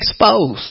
exposed